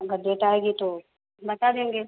اگر ڈیٹ آئے گی تو بتا دیں گے